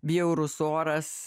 bjaurus oras